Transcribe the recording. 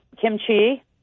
kimchi